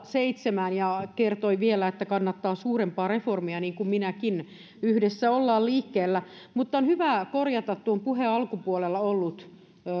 seitsemään ja kertoi vielä että kannattaa suurempaa reformia niin kuin minäkin yhdessä ollaan liikkeellä mutta on hyvä korjata tuon puheen alkupuolella ollut